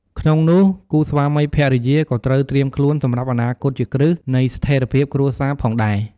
ក្នុងនោះគូស្វាមីភរិយាក៏ត្រូវត្រៀមខ្លួនសម្រាប់អនាគតជាគ្រឹះ នៃស្ថេរភាពគ្រួសារផងដែរ។